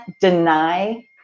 deny